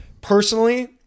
Personally